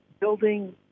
building